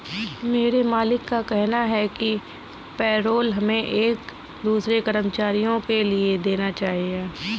मेरे मालिक का कहना है कि पेरोल हमें एक दूसरे कर्मचारियों के लिए देना चाहिए